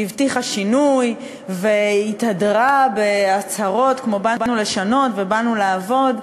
שהבטיחה שינוי והתהדרה בהצהרות כמו "באנו לשנות" ו"באנו לעבוד",